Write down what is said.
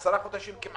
כמעט עשרה חודשים,